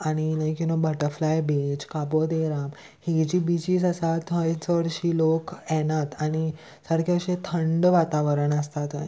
आनी कि न्हू बटरफ्लाय बीच काबो दे राम ही जी बिचीस आसात थंय चडशी लोक येनात आनी सारकें अशें थंड वातावरण आसता थंय